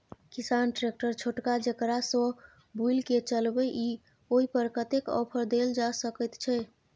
किसान ट्रैक्टर छोटका जेकरा सौ बुईल के चलबे इ ओय पर कतेक ऑफर दैल जा सकेत छै?